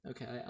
Okay